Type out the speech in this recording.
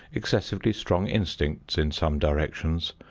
excessively strong instincts in some directions,